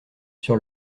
sur